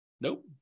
Nope